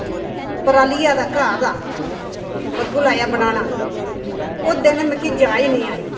परालीआ ते घाऽ दा बग्गू लाया बनाना ओह् दिन मिगी जांच निं आई